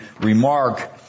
remark